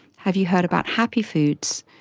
have you heard about happy foods?